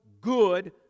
good